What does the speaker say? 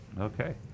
Okay